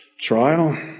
trial